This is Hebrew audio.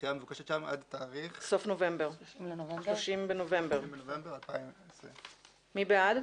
הדחייה המבוקשת שם עד תאריך 30 בנובמבר 2020. מי בעד?